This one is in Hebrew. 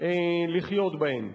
לחיות בהן.